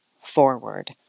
forward